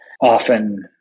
often